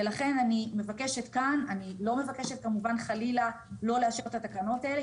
אני לא מבקשת כמובן חלילה לא לאשר את התקנות האלה,